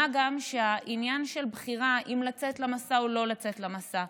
מה גם שהעניין של בחירה אם לצאת למסע או לא לצאת למסע,